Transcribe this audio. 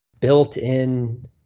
built-in